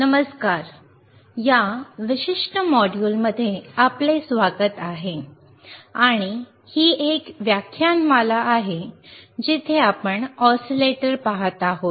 नमस्कार या विशिष्ट मॉड्यूलमध्ये आपले स्वागत आहे आणि ही एक व्याख्यानमाला आहे जिथे आपण ऑसिलेटर पहात आहोत